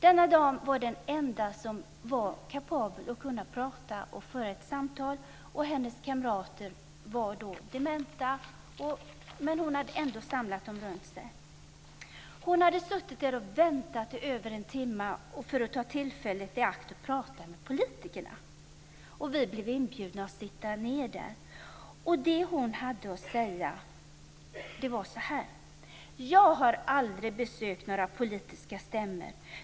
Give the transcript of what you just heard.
Denna dam var den enda som var kapabel att prata och föra ett samtal. Hennes kamrater var dementa, men hon hade ändå samlat dem runt sig. Hon hade suttit där och väntat i över en timme för att ta tillfället i akt och prata med politikerna. Vi blev inbjudna att sitta ned där. Det hon hade att säga var: Jag har aldrig besökt några politiska stämmor.